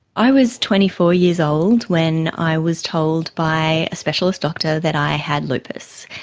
i was twenty four years old when i was told by a specialist doctor that i had lupus.